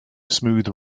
smooth